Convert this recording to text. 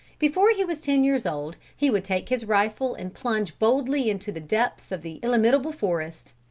before he was ten years old he would take his rifle and plunge boldly into the depths of the illimitable forest.